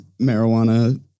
marijuana